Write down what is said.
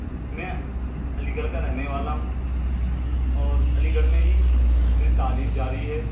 میں علی گڑھ کا رہنے والا ہوں اور علی گڑھ میں ہی میری تعلیم جاری ہے